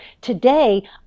today